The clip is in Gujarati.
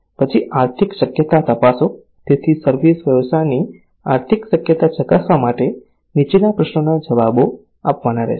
પછી આર્થિક શક્યતા તપાસો તેથી સર્વિસ વ્યવસાયની આર્થિક શક્યતા ચકાસવા માટે નીચેના પ્રશ્નોના જવાબો આપવાના રહેશે